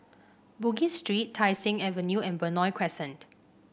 Bugis Street Tai Seng Avenue and Benoi Crescent